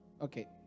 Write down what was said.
Okay